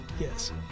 Yes